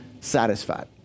satisfied